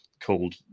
called